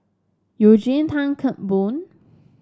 Eugene Tan Kheng Boon